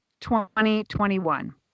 2021